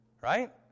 Right